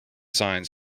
signs